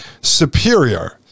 superior